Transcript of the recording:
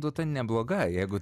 duota nebloga jeigu